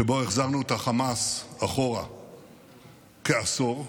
שבו החזרנו את החמאס כעשור אחורה.